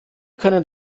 können